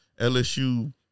LSU